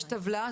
יש טבלה?